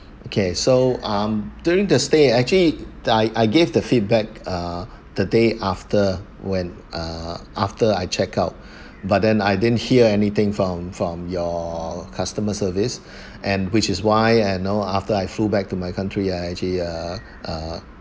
okay so um during the stay I actually I I gave the feedback err the day after when uh after I check out but then I didn't hear anything from from your customer service and which is why I know after I flew back to my country I actually uh uh